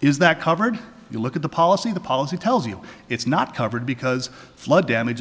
is that covered you look at the policy the policy tells you it's not covered because flood damage